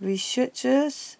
researchers